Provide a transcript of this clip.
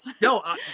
no